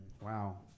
Wow